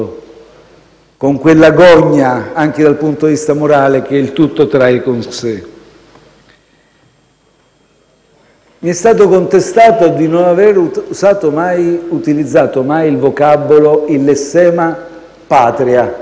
con quella gogna, anche dal punto di vista morale, che il tutto trae con sé. Mi è stato contestato di non aver utilizzato mai il lessema «Patria».